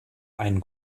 einen